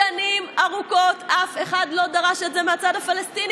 שנים ארוכות אף אחד לא דרש את זה מהצד הפלסטיני,